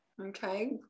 Okay